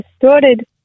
distorted